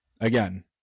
again